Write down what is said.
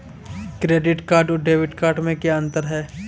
Credit card और debit card में क्या अंतर है?